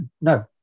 No